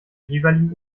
jeweiligen